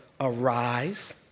arise